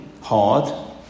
hard